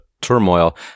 turmoil